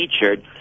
featured